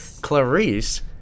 Clarice